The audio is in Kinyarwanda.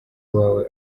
wawe